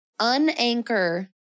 unanchor